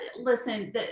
Listen